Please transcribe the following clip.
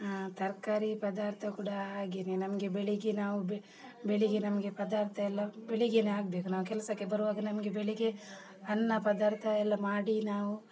ಹಾಂ ತರಕಾರಿ ಪದಾರ್ಥ ಕೂಡ ಹಾಗೆಯೇ ನಮಗೆ ಬೆಳಗ್ಗೆ ನಾವು ಬೆಳಗ್ಗೆ ನಮಗೆ ಪದಾರ್ಥ ಎಲ್ಲ ಬೆಳಗ್ಗೇನೇ ಆಗಬೇಕು ನಾವು ಕೆಲಸಕ್ಕೆ ಬರುವಾಗ ನಮಗೆ ಬೆಳಗ್ಗೆ ಅನ್ನ ಪದಾರ್ಥ ಎಲ್ಲ ಮಾಡಿ ನಾವು